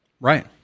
Right